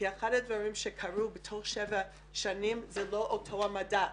אחד הדברים שקרו בתוך שבע השנים זה לא אותו המדע,